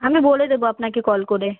আমি বলে দেবো আপনাকে কল করে